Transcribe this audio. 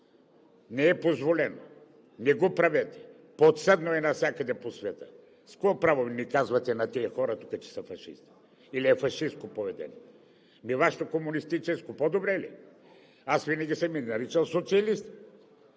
Не е позволено, не го правете, подсъдно е навсякъде по света. С какво право казвате на тези хора тук, че са фашисти или е фашистко поведение? Ами Вашето комунистическо по-добре ли е? Аз винаги съм Ви наричал социалисти.